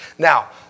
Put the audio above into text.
Now